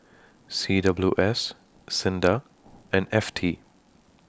C W S SINDA and F T